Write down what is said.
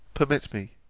permit me,